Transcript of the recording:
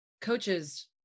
coaches